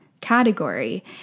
category